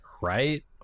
right